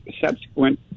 subsequent